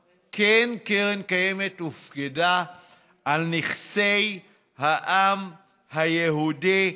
כן, קרן קיימת הופקדה על נכסי העם היהודי,